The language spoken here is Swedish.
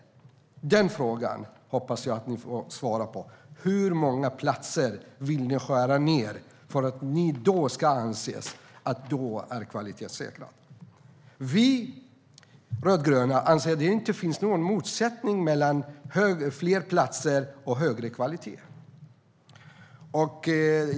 Den frågan hoppas jag att ni svarar på. Hur många platser vill ni skära ned för att ni ska anse att det är kvalitetssäkrat? Vi rödgröna anser att det inte finns någon motsättning mellan fler platser och högre kvalitet.